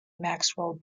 maxwell